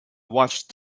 watched